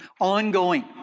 ongoing